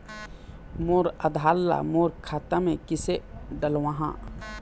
मोर आधार ला मोर खाता मे किसे डलवाहा?